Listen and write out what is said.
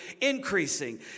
increasing